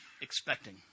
expecting